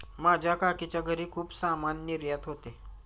माझ्या काकीच्या घरी खूप सामान निर्यात होते